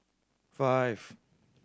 five